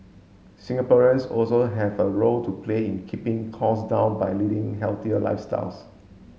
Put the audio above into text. Singaporeans also have a role to play in keeping costs down by leading healthier lifestyles